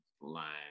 line